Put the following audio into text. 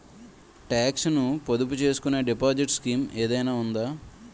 Talks ను పొదుపు చేసుకునే డిపాజిట్ స్కీం ఏదైనా ఉందా?